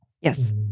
Yes